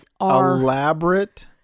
Elaborate